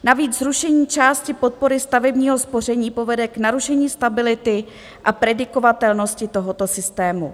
Navíc zrušení části podpory stavebního spoření povede k narušení stability a predikovatelnosti tohoto systému.